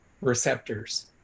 receptors